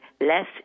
less